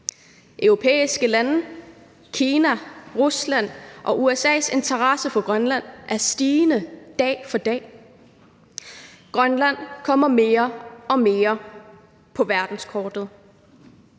Europæiske lande, Kina, Rusland og USA udviser dag for dag stigende interesse for Grønland. Grønland kommer mere og mere på verdenskortet.